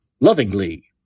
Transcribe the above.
Lovingly